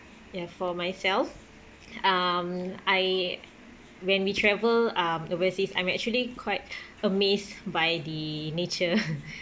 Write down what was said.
ya for myself um I when we travel um overseas I'm actually quite amazed by the nature